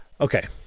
okay